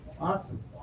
awesome